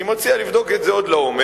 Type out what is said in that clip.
אני מציע לבדוק את זה עוד לעומק,